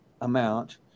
amount